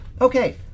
okay